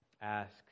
ask